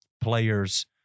players